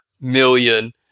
million